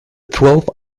twelve